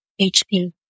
HP